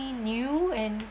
new and